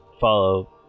follow